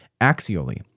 axially